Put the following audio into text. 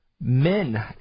Men